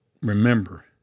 remember